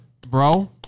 bro